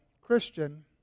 Christian